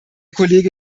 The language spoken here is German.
kollege